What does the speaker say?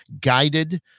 guided